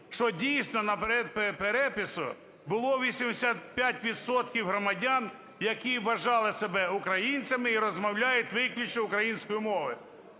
що дійсно, на переписі було 80 відсотків громадян, які вважали себе українцями і розмовляють виключно українською мовою.